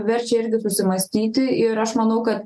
verčia irgi susimąstyti ir aš manau ka